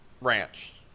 Ranch